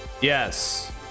Yes